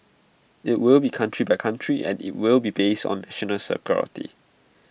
IT will be country by country and IT will be based on national